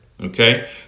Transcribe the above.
Okay